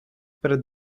перед